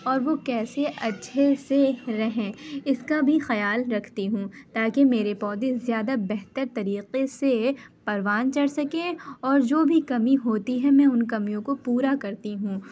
اور وہ کیسے اچھے سے رہیں اس کا بھی خیال رکھتی ہوں تاکہ میرے پودے زیادہ بہتر طریقے سے پروان چڑھ سکیں اور جو بھی کمی ہوتی ہے میں ان کمیوں کو پورا کرتی ہوں